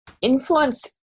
influence